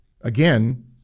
again